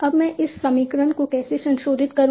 अब मैं इस समीकरण को कैसे संशोधित करूं